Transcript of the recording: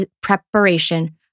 preparation